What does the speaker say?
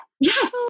Yes